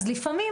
אז לפעמים